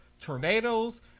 tornadoes